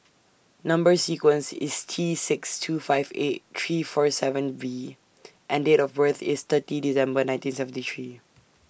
Number sequence IS T six two five eight three four seven V and Date of birth IS thirty December nineteen seventy three